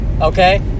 okay